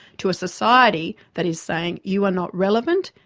to a society that is saying, you are not relevant,